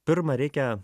pirma reikia